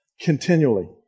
continually